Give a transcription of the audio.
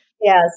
Yes